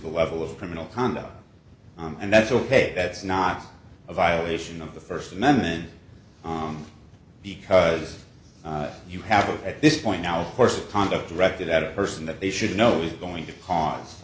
the level of criminal conduct and that's ok that's not a violation of the first amendment because you have to at this point now of course conduct directed at a person that they should know is going to cause